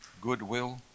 goodwill